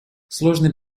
сложной